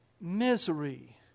misery